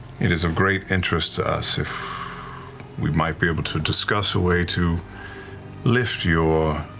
it is of great interest to us if we might be able to discuss a way to lift your.